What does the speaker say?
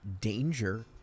danger